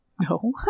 no